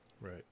Right